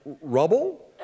rubble